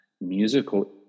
musical